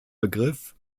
begriff